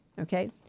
okay